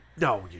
no